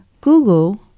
google